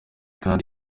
kandi